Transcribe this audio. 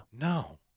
No